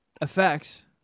effects